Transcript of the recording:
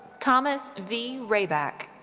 thomas v. wraback.